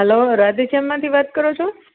hello Radhe શ્યામમાંથી વાત કરો છો